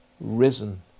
risen